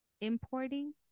importing